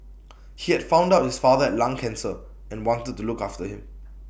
he had found out his father had lung cancer and wanted to look after him